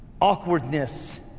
Awkwardness